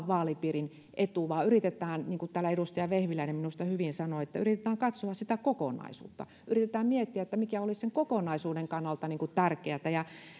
vaalipiirin etu vaan yritetään niin kuin täällä edustaja vehviläinen minusta hyvin sanoi katsoa sitä kokonaisuutta yritetään miettiä mikä olisi sen kokonaisuuden kannalta tärkeätä ja